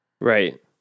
Right